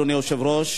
אדוני היושב-ראש,